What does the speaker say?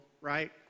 right